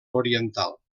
oriental